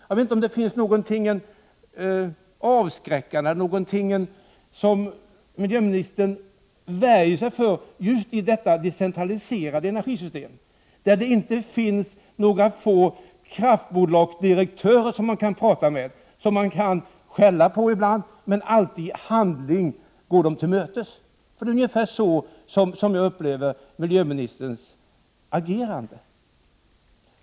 Jag vet inte om det är något avskräckande som miljöministern värjer sig för just beträffande detta decentraliserade energisystem, där det inte finns några få kraftbolagsdirektörer som man kan prata med — som man kan skälla på ibland men i handling alltid gå till mötes. Det är ungefär så jag upplever miljöministerns agerande.